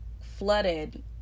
flooded